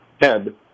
head